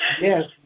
Yes